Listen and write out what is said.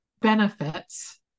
benefits